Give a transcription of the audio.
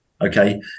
Okay